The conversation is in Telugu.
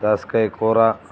దోసకాయ కూర